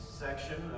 section